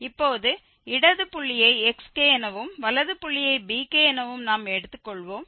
இப்போது இடது புள்ளியை xk எனவும் வலது புள்ளியை bk எனவும் நாம் எடுத்துக் கொள்வோம்